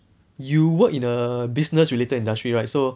you work in a business related industry right so